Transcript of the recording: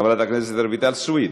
חברת הכנסת רויטל סויד,